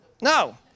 No